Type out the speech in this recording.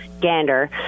Gander